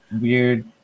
weird